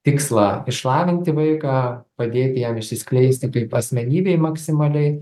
tikslą išlavinti vaiką padėti jam išsiskleisti kaip asmenybei maksimaliai